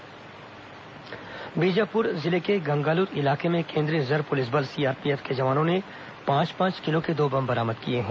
माओवादी समाचार बीजापुर जिले के गंगालूर इलाके में केंद्रीय रिजर्व पुलिस बल सीआरपीएफ के जवानों ने पांच पांच किलो के दो बम बरामद किए हैं